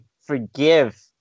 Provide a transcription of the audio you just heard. forgive